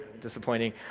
disappointing